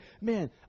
man